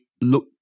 look